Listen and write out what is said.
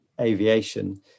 aviation